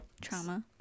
trauma